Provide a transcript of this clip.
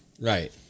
Right